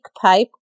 pipe